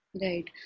Right